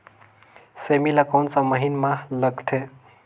सेमी ला कोन सा महीन मां लगथे?